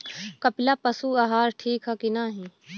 कपिला पशु आहार ठीक ह कि नाही?